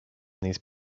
these